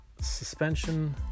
suspension